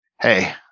Hey